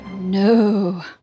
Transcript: No